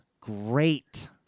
great